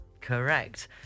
Correct